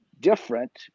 different